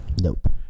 nope